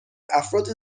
افراد